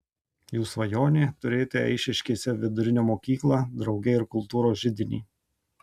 jų svajonė turėti eišiškėse vidurinę mokyklą drauge ir kultūros židinį